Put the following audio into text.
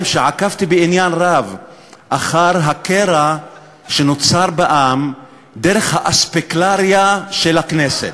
שעקבתי בעניין רב אחר הקרע שנוצר בעם דרך האספקלריה של הכנסת.